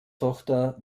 tochter